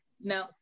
no